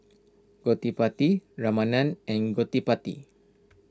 Gottipati Ramanand and Gottipati